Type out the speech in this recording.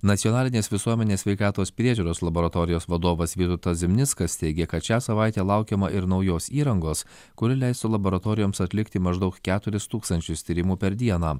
nacionalinės visuomenės sveikatos priežiūros laboratorijos vadovas vytautas zimnickas teigė kad šią savaitę laukiama ir naujos įrangos kuri leistų laboratorijoms atlikti maždaug keturis tūkstančius tyrimų per dieną